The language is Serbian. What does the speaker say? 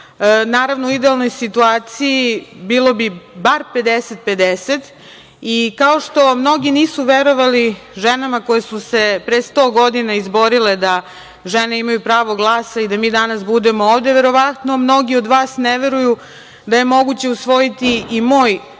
Naravno, u idealnoj situaciji bili bi bar 50:50. Kao što mnogi nisu verovali ženama koje su se pre 100 godina izborile da žene imaju pravo glasa i da mi danas budemo ovde, verovatno mnogi od vas ne veruju da je moguće usvojiti i moj